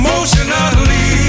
Emotionally